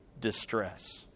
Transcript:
distress